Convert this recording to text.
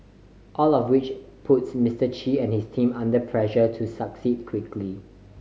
all of which puts Mister Chi and his team under pressure to succeed quickly